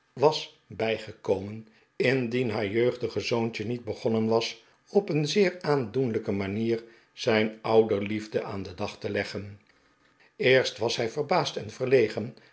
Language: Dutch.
was bijgekomen indien haar jeugdige zoontje niet begonnen was op een zeer aandoenlijke manier zijn ouderliefde aan den dag te leggen eerst was hij verbaasd en verlegen